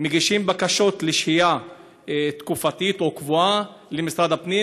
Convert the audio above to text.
הם מגישים בקשות לשהייה תקופתית או קבועה למשרד הפנים.